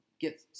get